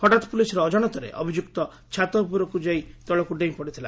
ହଠାତ୍ ପୁଲିସର ଅକାଣତରେ ଅଭିଯୁକ୍ତ ଛାତ ଉପରୁକୁ ଯାଇ ତଳକୁ ଡେଇଁ ପଡିଥିଲା